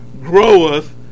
groweth